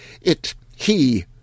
it—he—